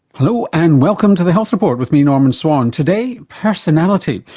hello and welcome to the health report, with me, norman swan. today, personality,